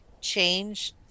change